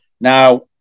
Now